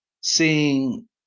seeing